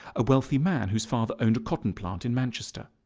a wealthy man whose father owned a cotton plant in manchester.